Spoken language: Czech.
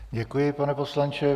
Děkuji, pane poslanče.